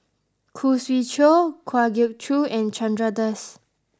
Khoo Swee Chiow Kwa Geok Choo and Chandra Das